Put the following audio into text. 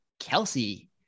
Kelsey